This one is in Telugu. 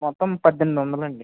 మొత్తం పద్దెనిమిది వందలండి